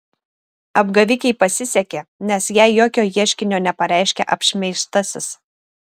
apgavikei pasisekė nes jai jokio ieškinio nepareiškė apšmeižtasis